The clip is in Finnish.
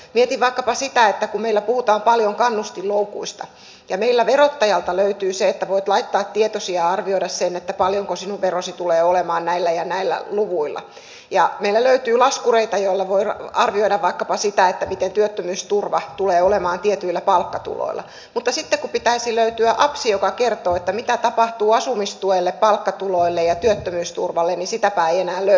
mietin vaikkapa sitä että meillä puhutaan paljon kannustinloukuista ja meillä verottajalta löytyy se että voit laittaa tietosi ja arvioida sen paljonko sinun verosi tulee olemaan näillä ja näillä luvuilla ja meiltä löytyy laskureita joilla voi arvioida vaikkapa sitä millainen työttömyysturva tulee olemaan tietyillä palkkatuloilla mutta sitten kun pitäisi löytyä appsi joka kertoo mitä tapahtuu asumistuelle palkkatuloille ja työttömyysturvalle sitäpä ei enää löydykään